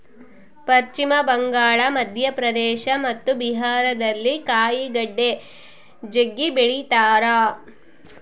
ಪಶ್ಚಿಮ ಬಂಗಾಳ, ಮಧ್ಯಪ್ರದೇಶ ಮತ್ತು ಬಿಹಾರದಲ್ಲಿ ಕಾಯಿಗಡ್ಡೆ ಜಗ್ಗಿ ಬೆಳಿತಾರ